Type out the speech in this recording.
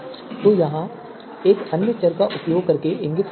तो इसे यहां एक अन्य चर का उपयोग करके इंगित करना होगा